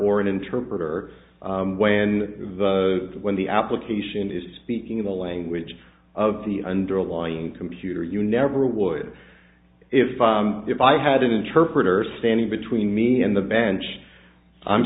or an interpreter when the when the application is speaking the language of the underlying computer you never would if i if i had an interpreter standing between me and the bench i'm